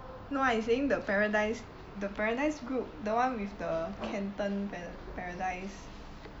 no what you saying the paradise the Paradise Group the [one] with the canton para~ paradise